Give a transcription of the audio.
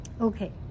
Okay